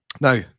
Now